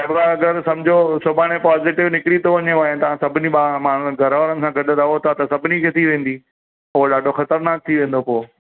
अगरि सम्झो सुभाणे पॉज़िटिव निकिरी थो वञेव ऐं तव्हां सभिनि माण्हू घर वारनि सां गॾु रहो तव्हां त सभिनि खे थी वेंदी पोइ ॾाढो ख़तरनाकु थी वेंदो पो